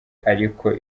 ariko